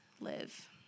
live